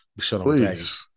Please